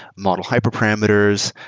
model hyperparameters,